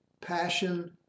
passion